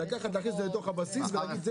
להכניס את זה לתוך הבסיס ולהגיד,